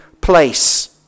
place